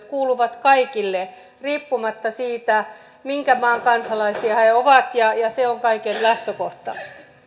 kuuluvat kaikille riippumatta siitä minkä maan kansalaisia he ovat ja se on kaiken lähtökohta